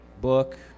Book